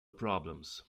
problems